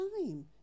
time